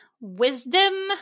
wisdom